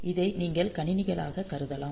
இதை நீங்கள் கணினிகளாக கருதலாம்